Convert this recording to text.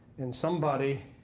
and somebody